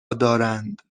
دارند